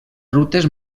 rutes